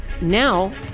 Now